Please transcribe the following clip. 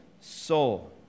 soul